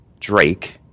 Drake